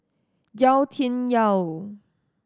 Yau Tian Yau